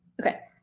okay,